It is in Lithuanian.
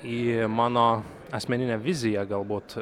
į mano asmeninę viziją galbūt